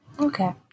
Okay